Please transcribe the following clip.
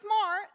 smart